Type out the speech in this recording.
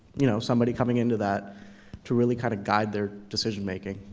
you know, somebody coming into that to really kind of guide their decision-making?